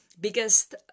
biggest